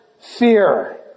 fear